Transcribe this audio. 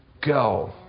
go